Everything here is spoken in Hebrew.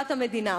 טובת המדינה,